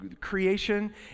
creation